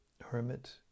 hermit